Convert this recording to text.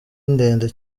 ndende